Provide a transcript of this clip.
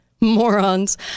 morons